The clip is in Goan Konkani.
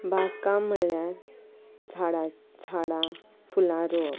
बांकां म्हणल्यार झाडां झाडां फुलां रोवप